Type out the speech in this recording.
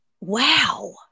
Wow